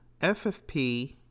FFP